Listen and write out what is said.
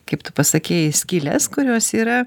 kaip tu pasakei skyles kurios yra